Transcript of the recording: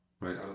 Right